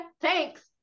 Thanks